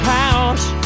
house